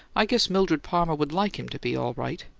i guess mildred palmer would like him to be, all right!